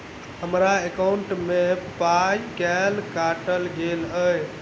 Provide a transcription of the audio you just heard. हम्मर एकॉउन्ट मे पाई केल काटल गेल एहि